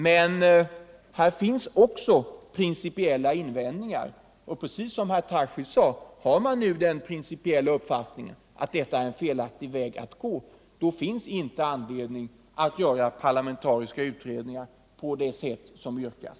Men här finns också principiella invändningar, och har man som herr Tarschys sade den principiella uppfattningen att socialdemokraterna anvisar en felaktig väg att gå, då finns det inte anledning att tillsätta en parlamentarisk utredning på det sätt som yrkas.